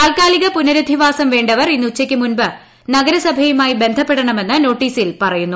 താൽക്കാലിക പുനരധിവാസം വേണ്ടവർ ഇന്ന് ഉച്ചയ്ക്ക് മുൻപ് നഗരസഭയുമായി ബന്ധപ്പെടണമെന്ന് നോട്ടീസിൽ പറയുന്നു